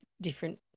different